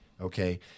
Okay